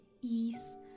ease